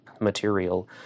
Material